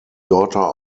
daughter